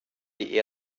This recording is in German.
die